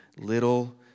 little